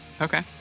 Okay